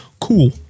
Cool